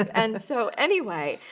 and so anyway,